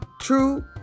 true